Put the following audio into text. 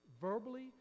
verbally